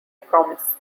promise